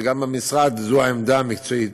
וגם במשרד זו העמדה המקצועית,